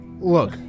Look